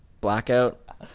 Blackout